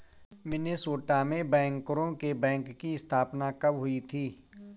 Minnesota में बैंकरों के बैंक की स्थापना कब हुई थी?